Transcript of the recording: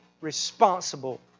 responsible